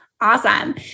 Awesome